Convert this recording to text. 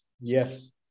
Yes